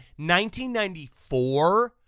1994